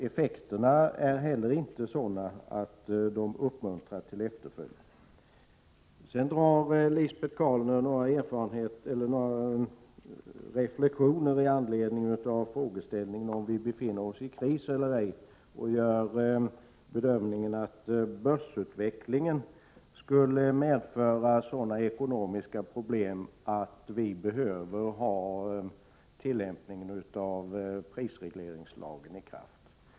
Effekterna är inte heller sådana att de uppmuntrar till efterföljd. Vidare gör Lisbet Calner några reflexioner med anledning av frågan om huruvida vi befinner oss i kris eller ej. Hon bedömer att börsutvecklingen skulle medföra sådana ekonomiska problem att vi behöver ha en fortsatt tillämpning av prisregleringslagen.